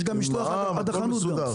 יש גם משלוח עד לחנות.